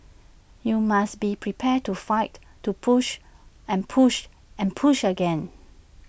you must be prepared to fight to push and push and push again